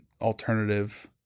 alternative